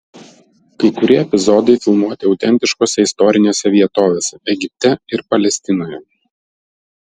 kai kurie epizodai filmuoti autentiškose istorinėse vietovėse egipte ir palestinoje